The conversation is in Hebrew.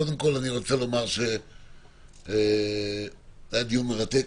קודם כול אני רוצה לומר שהיה דיון מרתק,